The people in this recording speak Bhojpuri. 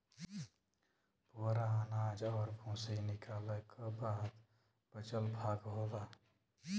पुवरा अनाज और भूसी निकालय क बाद बचल भाग होला